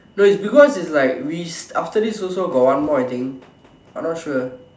no it's because it's like we after this also got one more I think I not sure